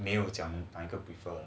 没有讲 before